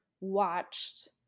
watched